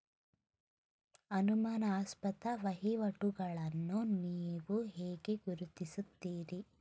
ಅನುಮಾನಾಸ್ಪದ ವಹಿವಾಟುಗಳನ್ನು ನೀವು ಹೇಗೆ ಗುರುತಿಸುತ್ತೀರಿ?